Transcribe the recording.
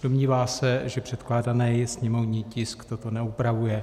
Domnívá se, že předkládaný sněmovní tisk toto neupravuje.